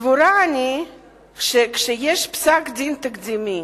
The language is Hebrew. סבורה אני שכשיש פסק-דין תקדימי